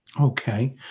Okay